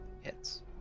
Hits